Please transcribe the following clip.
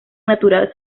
natural